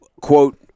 quote